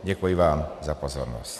Děkuji vám za pozornost.